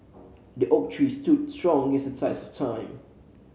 the oak tree stood strong against the test of time